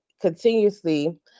continuously